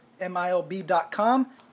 MILB.com